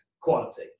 Quality